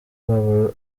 babo